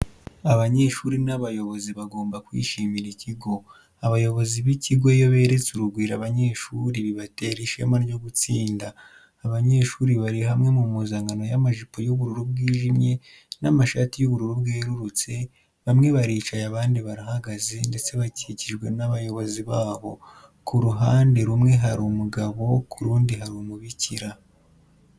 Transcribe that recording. Abanyeshuri n'abayobozi bagomba kwishimira ikigo. Abayobozi b'ikigo iyo beretse urugwiro abanyeshuri bibatera ishema ryo gutsinda. Abanyeshuri bari hamwe mu mpuzankano y'amajipo y'ubururu bwijimye n'amashati y'ubururu bwerurutse, bamwe baricaye abandi barahagaze ndetse bakikijwe n'abayobozi babo. Ku ruhande rumwe hariho umugabo ku rundi hariho umubikira.